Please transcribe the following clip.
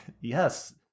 Yes